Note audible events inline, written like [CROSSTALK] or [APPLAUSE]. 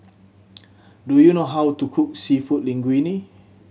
[NOISE] do you know how to cook Seafood Linguine